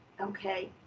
okay